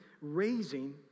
raising